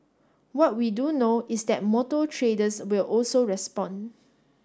what we do know is that motor traders will also respond